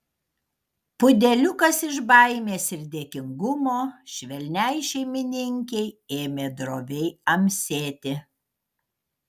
pudeliukas iš baimės ir dėkingumo švelniai šeimininkei ėmė droviai amsėti